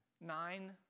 nine